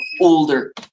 older